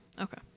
Okay